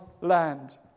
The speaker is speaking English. land